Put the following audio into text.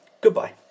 Goodbye